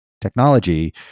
technology